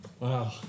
Wow